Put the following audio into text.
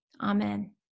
Amen